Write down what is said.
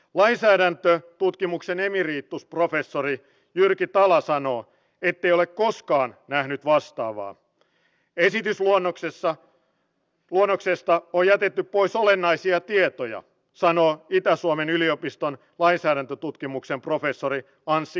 lainsäädäntö tutkimuksen emeritusprofessori jyrki tala tässä muun muassa kolmas sektori harrastukset erilainen yhteinen toiminta tukevat niitä yhteyksiä joiden kautta jokainen pystyy rakentamaan sen oman elämänpiirinsä